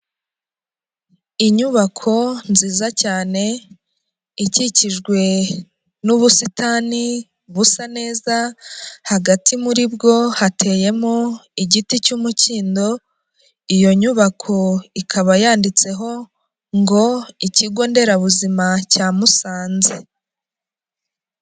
Inyubako nziza cyane ikikijwe n'ubusitani busa neza hagati muri bwo hateyemo igiti cy'umukindo, iyo nyubako ikaba yanditseho ngo ikigo nderabuzima cya Musanze.